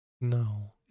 No